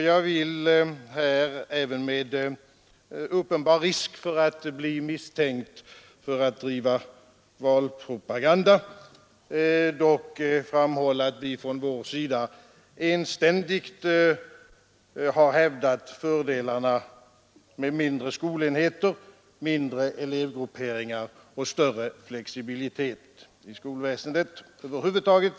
Jag vill här, även med uppenbar risk för att bli misstänkt för att driva valpropaganda, framhålla att vi från vår sida enständigt har hävdat fördelarna med mindre skolenheter, mindre elevgrupperingar och större flexibilitet i skolväsendet över huvud taget.